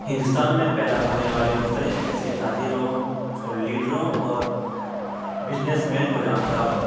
ہندوستان میں پیدا ہونے والے مختلف ایسے تاجروں اور لیڈروں اور بزنس مین کو جانتا ہوں